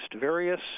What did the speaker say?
various